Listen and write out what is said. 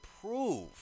prove